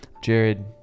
jared